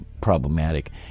problematic